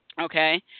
okay